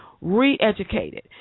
re-educated